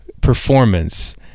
performance